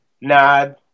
nod